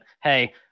hey